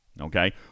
okay